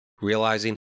realizing